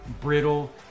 brittle